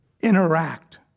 interact